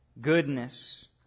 goodness